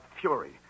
Fury